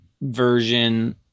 version